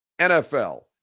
NFL